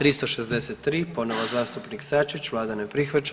363. ponovo zastupnik Sačić, vlada ne prihvaća.